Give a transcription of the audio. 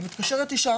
מתיישבת אישה